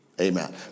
Amen